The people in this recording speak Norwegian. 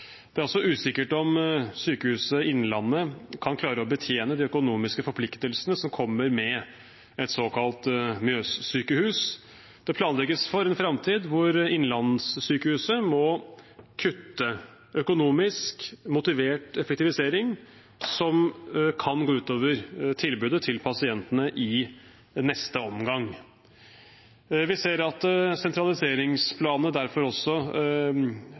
Det er også usikkert om Sykehuset Innlandet kan klare å betjene de økonomiske forpliktelsene som kommer med det såkalte Mjøssykehuset. Det planlegges for en framtid hvor Sykehuset Innlandet må kutte, en økonomisk motivert effektivisering som kan gå ut over tilbudet til pasientene i neste omgang. Vi ser at sentraliseringsplanene derfor også